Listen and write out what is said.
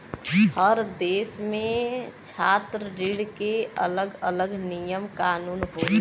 हर देस में छात्र ऋण के अलग अलग नियम कानून होला